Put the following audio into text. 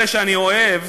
אלה שאני אוהב,